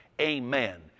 AMEN